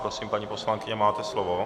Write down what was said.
Prosím, paní poslankyně, máte slovo.